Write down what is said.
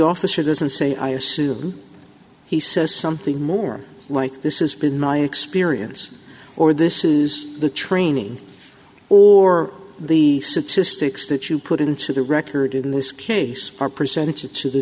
officer doesn't say i assume he says something more like this is been my experience or this is the training or the statistics that you put into the record in this case are presented to the